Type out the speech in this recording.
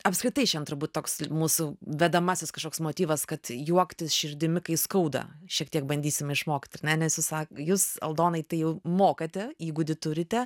apskritai šiandien turbūt toks mūsų vedamasis kažkoks motyvas kad juoktis širdimi kai skauda šiek tiek bandysim išmokti ar ne nes jūs sa jūs aldonai tai jau mokate įgūdį turite